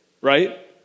Right